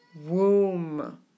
womb